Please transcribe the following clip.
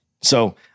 So-